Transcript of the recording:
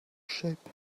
shape